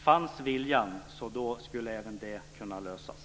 Men om viljan fanns skulle även detta kunna lösas.